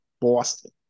Boston